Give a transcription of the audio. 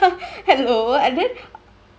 I hadn't oh added